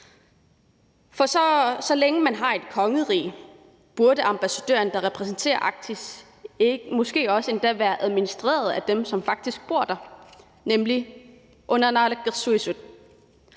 Så længe man har et kongerige, burde ambassadøren, der repræsenterer Arktis, måske også endda være administreret af dem, som faktisk bor der, nemlig under naalakkersuisut.